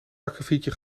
akkefietje